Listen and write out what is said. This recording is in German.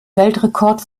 weltrekord